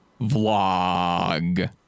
vlog